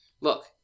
look